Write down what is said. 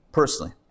personally